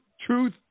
truth